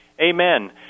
Amen